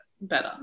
better